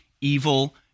evil